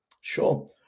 Sure